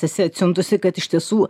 esi atsiuntusi kad iš tiesų